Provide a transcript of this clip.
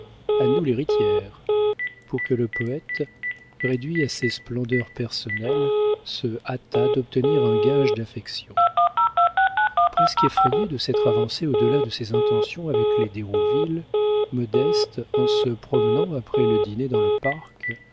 a nous l'héritière pour que le poëte réduit à ses splendeurs personnelles se hâtât d'obtenir un gage d'affection presque effrayée de s'être avancée au delà de ses intentions avec les d'hérouville modeste en se promenant après le dîner dans le parc